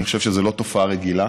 אני חושב שזו לא תופעה רגילה,